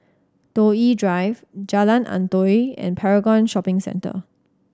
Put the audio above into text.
Toh Yi Drive Jalan Antoi and Paragon Shopping Centre